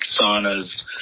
saunas